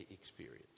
experience